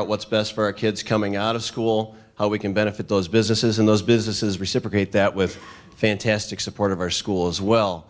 out what's best for our kids coming out of school how we can benefit those businesses in those businesses reciprocate that with fantastic support of our schools well